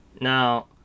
Now